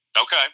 Okay